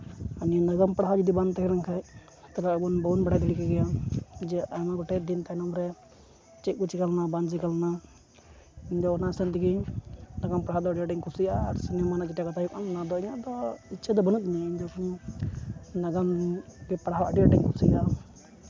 ᱟᱨ ᱱᱤᱭᱟᱹ ᱱᱟᱜᱟᱢ ᱯᱟᱲᱦᱟᱣ ᱡᱩᱫᱤ ᱵᱟᱝ ᱛᱟᱦᱮᱸ ᱞᱮᱱᱠᱷᱟᱱ ᱛᱟᱦᱚᱞᱮ ᱟᱵᱚ ᱵᱟᱵᱚᱱ ᱵᱟᱲᱟᱭ ᱫᱟᱲᱮ ᱠᱮᱭᱟ ᱡᱮ ᱟᱭᱢᱟ ᱜᱚᱴᱮᱱ ᱫᱤᱱ ᱛᱟᱭᱱᱚᱢ ᱨᱮ ᱪᱮᱫ ᱠᱚ ᱪᱤᱠᱟᱹ ᱞᱮᱱᱟ ᱵᱟᱝ ᱪᱤᱠᱟᱹ ᱞᱮᱱᱟ ᱤᱧᱫᱚ ᱚᱱᱟ ᱥᱟᱶ ᱛᱮᱜᱮ ᱱᱟᱜᱟᱢ ᱯᱟᱲᱦᱟᱣ ᱫᱚ ᱟᱹᱰᱤ ᱟᱸᱴᱤᱧ ᱠᱩᱥᱤᱭᱟᱜᱼᱟ ᱟᱨ ᱥᱤᱱᱮᱢᱟ ᱨᱮᱭᱟᱜ ᱡᱮᱴᱟ ᱠᱟᱛᱷᱟ ᱦᱩᱭᱩᱜ ᱠᱟᱱ ᱚᱱᱟ ᱫᱚ ᱤᱧᱟᱹᱜ ᱫᱚ ᱤᱪᱪᱷᱟᱹ ᱫᱚ ᱵᱟᱹᱱᱩᱜ ᱛᱤᱧᱟᱹ ᱤᱧᱫᱚ ᱱᱟᱜᱟᱢ ᱯᱟᱲᱦᱟᱜ ᱟᱹᱰᱤ ᱟᱸᱴᱤᱧ ᱠᱩᱥᱤᱭᱟᱜᱼᱟ